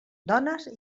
dones